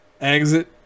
exit